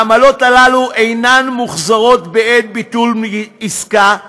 העמלות האלה אינן מוחזרות בעת ביטול עסקה.